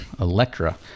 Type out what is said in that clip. Electra